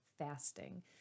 fasting